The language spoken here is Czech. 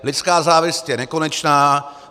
Lidská závist je nekonečná.